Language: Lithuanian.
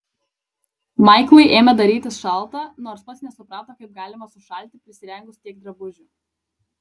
maiklui ėmė darytis šalta nors pats nesuprato kaip galima sušalti prisirengus tiek drabužių